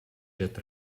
jet